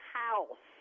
house